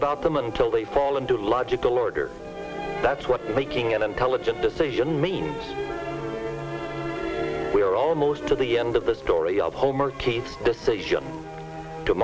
about them until they fall into logical order that's what making an intelligent decision means we are almost to the end of the story of home